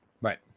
Right